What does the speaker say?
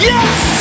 Yes